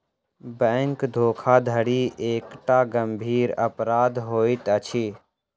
bank धोखाधड़ी एकटा गंभीर अपराध होइत अछि